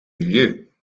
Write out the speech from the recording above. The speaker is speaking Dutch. milieu